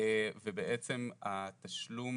ובעצם התשלום